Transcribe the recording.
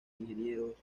ingenieros